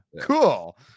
cool